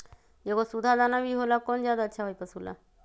एगो सुधा दाना भी होला कौन ज्यादा अच्छा होई पशु ला?